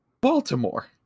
Baltimore